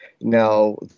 Now